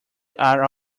are